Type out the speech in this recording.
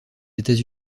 états